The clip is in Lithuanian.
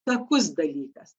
takus dalykas